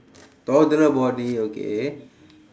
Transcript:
toddler body okay